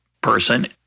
person